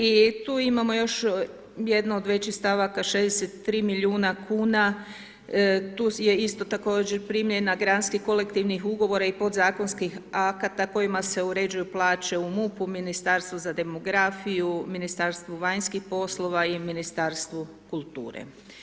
I tu imamo još jednu od većih stavaka 63 milijuna kuna tu je isto također primjena granskih kolektivnih ugovora i podzakonskih akata kojima se uređuju plaće u MUP-u, Ministarstvu za demografiju, Ministarstvu vanjskih poslova i Ministarstvu kulture.